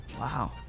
Wow